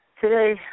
today